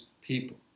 people